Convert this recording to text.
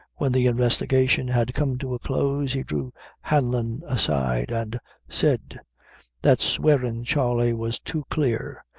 when the investigation had come to a close, he drew hanlon aside and said that swearin', charley, was too clear,